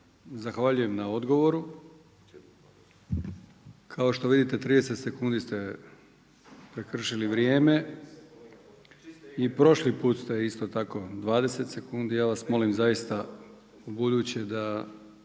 zahvaljujem ne odgovoru. Kao što vidite 30 sekundi ste prekršili vrijeme i prošli puta ste isto tako 20 sekundi, ja vas molim zaista ubuduće da